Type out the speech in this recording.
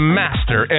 master